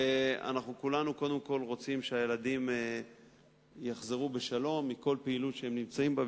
כולנו רוצים שהילדים יחזרו בשלום מכל פעילות שהם נמצאים בה,